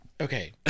okay